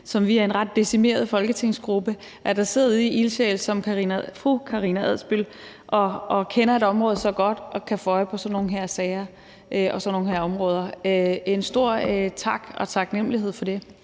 som vi er en ret decimeret folketingsgruppe, som fru Karina Adsbøl og kender et område så godt og kan få øje på sådan nogle her sager og sådan nogle her områder. Jeg vil sige en stor tak og udtrykke min taknemlighed for det.